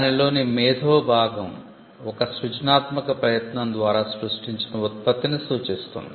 దానిలోని 'మేధో' భాగం ఒక సృజనాత్మక ప్రయత్నం ద్వారా సృష్టించిన ఉత్పత్తిని సూచిస్తుంది